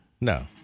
No